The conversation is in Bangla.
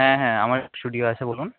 হ্যাঁ হ্যাঁ আমার স্টুডিও আছে বলুন